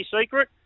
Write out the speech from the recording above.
Secret